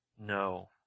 No